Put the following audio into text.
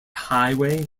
highway